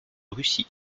russie